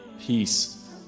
Peace